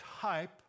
type